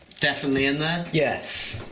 definitely in there? yes.